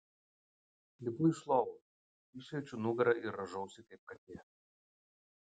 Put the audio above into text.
lipu iš lovos išriečiu nugarą ir rąžausi kaip katė